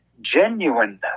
genuineness